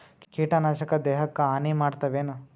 ಕೀಟನಾಶಕ ದೇಹಕ್ಕ ಹಾನಿ ಮಾಡತವೇನು?